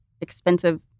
expensive